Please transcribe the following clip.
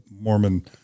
Mormon